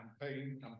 Campaign